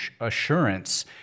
assurance